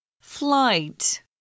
Flight